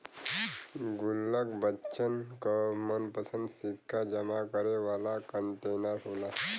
गुल्लक बच्चन क मनपंसद सिक्का जमा करे वाला कंटेनर होला